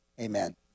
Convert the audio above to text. amen